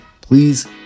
please